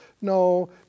no